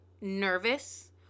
nervous